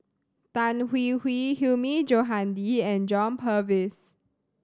Tan Hwee Hwee Hilmi Johandi and John Purvis